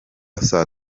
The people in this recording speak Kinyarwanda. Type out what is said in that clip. saa